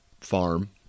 farm